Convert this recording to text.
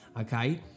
okay